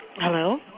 Hello